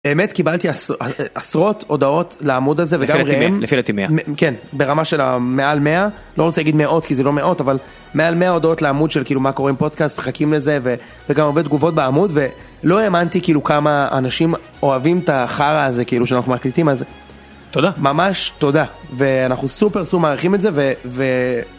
באמת קיבלתי עשרות הודעות לעמוד הזה לפי דעתי מאה, לפי דעתי מאה, כן, ברמה של מעל מאה, לא רוצה להגיד מאות כי זה לא מאות אבל מעל מאה הודעות לעמוד של כאילו מה קורה עם פודקאסט מחכים לזה וגם הרבה תגובות בעמוד ולא האמנתי כאילו כמה אנשים אוהבים את החרא הזה כאילו שאנחנו מקליטים אז תודה, ממש תודה ואנחנו סופר סופר מערכים את זה ו...